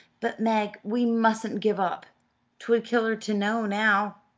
but, meg, we mustn't give up twould kill her to know now.